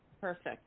Perfect